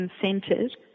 consented